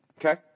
Okay